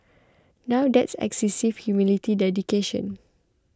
now that's excessive humility dedication